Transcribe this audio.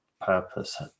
purpose